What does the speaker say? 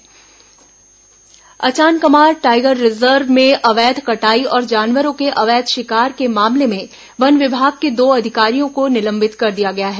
विस tiger reserve Achanakmar tiger reserve में अवैध कटाई और जानवरों के अवैध शिकार के मामले में वन विभाग के दो अधिकारियों को निलंबित कर दिया गया है